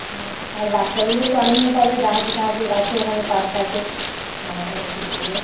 আচ্ছা আর বাচ্চাগুলোও তো আনন্দ পাবে জাহাজে টাহাজে আছে ওখানে পার্ক আছে নানারকম সব দেখবে